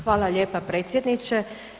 Hvala lijepa, predsjedniče.